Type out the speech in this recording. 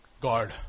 God